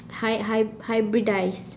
hy~ hy~ hybridize